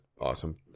awesome